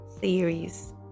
series